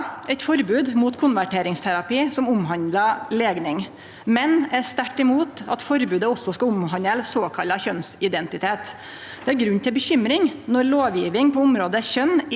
eit forbod mot konverteringsterapi som omhandlar legning, men eg er sterkt imot at forbodet også skal omhandle såkalla kjønnsidentitet. Det er grunn til bekymring når lovgjeving på området kjønn